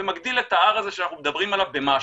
זה מגדיל את ה-R הזה שאנחנו מדברים עליו במשהו,